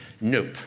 nope